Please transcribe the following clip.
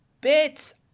bits